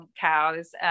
cows